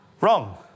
Wrong